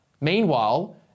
Meanwhile